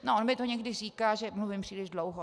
No, on mi někdy říká, že mluvím příliš dlouho.